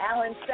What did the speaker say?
Alan